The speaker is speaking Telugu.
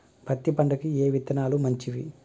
పత్తి పంటకి ఏ విత్తనాలు మంచివి?